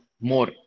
more